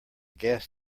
gas